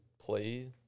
play